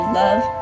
love